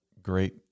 Great